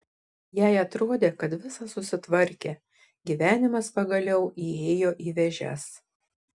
jai atrodė kad visa susitvarkė gyvenimas pagaliau įėjo į vėžes